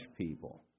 people